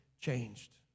changed